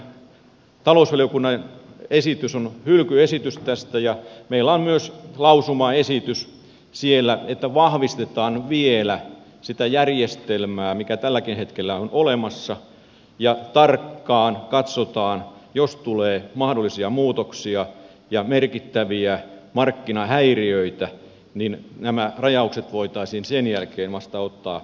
keskustan talousvaliokunnan esitys on hylkyesitys tästä ja meillä on myös lausumaesitys että vahvistetaan vielä sitä järjestelmää mikä tälläkin hetkellä on olemassa ja tarkkaan katsotaan jos tulee mahdollisia muutoksia ja merkittäviä markkinahäiriöitä niin nämä rajaukset voitaisiin sen jälkeen vasta ottaa käyttöön